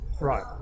Right